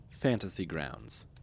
fantasygrounds